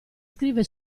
scrive